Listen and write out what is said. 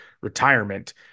retirement